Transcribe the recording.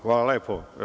Hvala lepo.